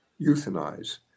euthanize